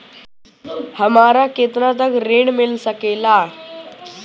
हमरा केतना तक ऋण मिल सके ला?